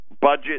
budget